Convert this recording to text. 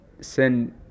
send